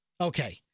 Okay